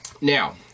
Now